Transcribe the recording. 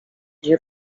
nie